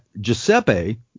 Giuseppe